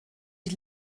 die